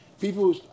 People